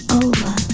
over